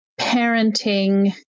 parenting